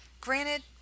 Granted